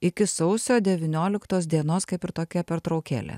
iki sausio devynioliktos dienos kaip ir tokia pertraukėlė